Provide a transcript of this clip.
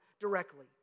directly